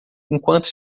enquanto